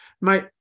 mate